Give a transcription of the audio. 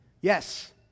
Yes